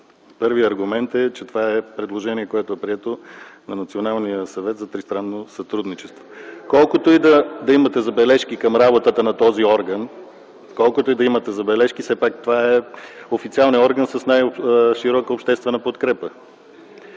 Първият аргумент е, че това е предложение, което е прието на Националния съвет за тристранно сътрудничество. (Оживление и реплики от КБ.) Колкото и да имате забележки към работата на този орган, колкото и да имате забележки, все пак това е официалният орган с най-широка обществена подкрепа.